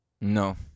no